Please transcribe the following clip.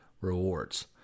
rewards